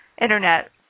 Internet